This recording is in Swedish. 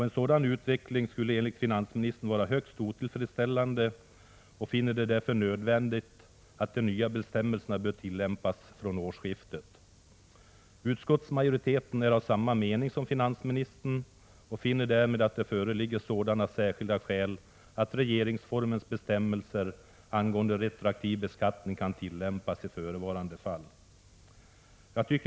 En sådan utveckling skulle enligt finansministern vara högst otillfreds ställande, och han finner det därför nödvändigt att de nya bestämmelserna tillämpas från årsskiftet. Utskottsmajoriteten är av samma mening som finansministern och finner därmed att det föreligger sådana särskilda skäl att regeringsformens bestämmelser angående retroaktiv beskattning kan tillämpas i förevarande fall.